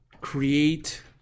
create